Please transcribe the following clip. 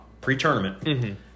pre-tournament